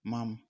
Mom